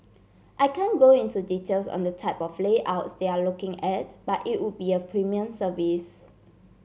I can go into details on the type of layouts they're looking at but it would be a premium service